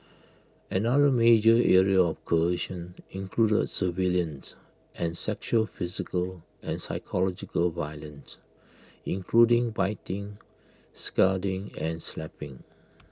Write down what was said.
another major area coercion included surveillance and sexual physical and psychological violence including biting scalding and slapping